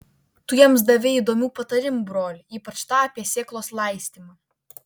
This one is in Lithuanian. tu jiems davei įdomių patarimų broli ypač tą apie sėklos laistymą